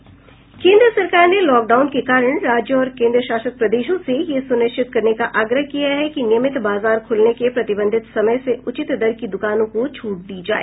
केंद्र सरकार ने लॉकडाउन के कारण राज्यों और केन्द्रशासित प्रदेशों से यह सुनिश्चित करने का आग्रह किया है कि नियमित बाजार खुलने के प्रतिबंधित समय से उचित दर की दुकानों को छूट दी जाए